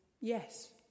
yes